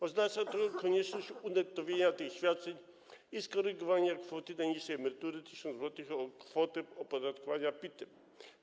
Oznacza to konieczność unettowienia tych świadczeń i skorygowania kwoty najniższej emerytury - 1000 zł - o kwotę opodatkowania PIT-em.